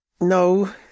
No